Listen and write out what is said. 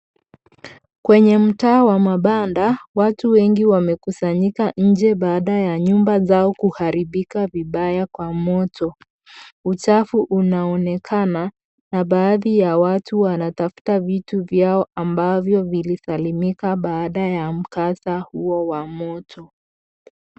Kwenye mtaa wa mabanda watu wengi wamekusanyika nje, baada ya nyumba zao kuharibika vibaya kwa moto. Uchafu unaonekana. Na baadhi ya watu wanatafuta vitu yavyo ambavyo vilisalimika baada ya mkasa huo wa moto.